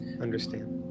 Understand